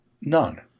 none